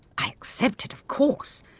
i accepted, of course.